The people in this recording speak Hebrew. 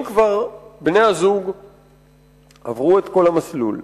אם כבר בני-הזוג עברו את כל המסלול,